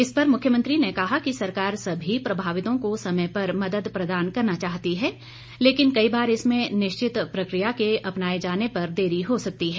इस पर मुख्यमंत्री ने कहा कि सरकार सभी प्रभावितों को समय पर मदद प्रदान करना चाहती है लेकिन कई बार इसमें निश्चित प्रक्रिया के अपनाए जाने पर देरी हो सकती है